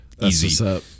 easy